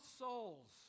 souls